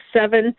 seven